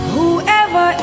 Whoever